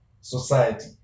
society